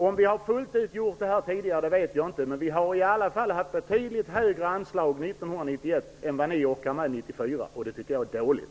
Jag vet inte om vi tidigare fullt ut har godkänt Vägverkets anslag, men vi hade i alla fall ett betydligt högre anslag 1991 än vad ni orkar med 1994, vilket jag tycker är dåligt.